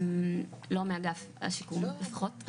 לא מאגף השיקום לפחות,